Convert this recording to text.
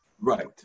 Right